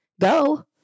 go